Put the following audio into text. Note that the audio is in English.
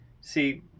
See